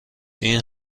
این